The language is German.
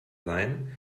sein